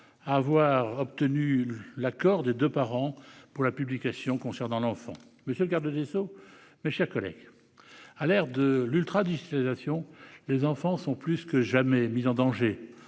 avoir obtenu l'accord des deux parents pour la publication concernant l'enfant. Monsieur le garde des sceaux, mes chers collègues, à l'ère de l'ultra-digitalisation, les enfants sont plus que jamais mis en danger